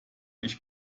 ich